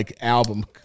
album